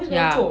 ya